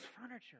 furniture